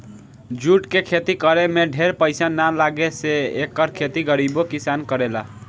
jute के खेती करे में ढेर पईसा ना लागे से एकर खेती गरीबो किसान करेला